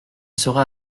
sera